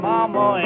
Mama